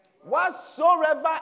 Whatsoever